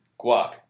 Guac